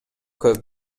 көп